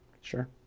Sure